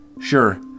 Sure